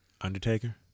Undertaker